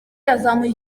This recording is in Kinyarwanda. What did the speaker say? yazamuye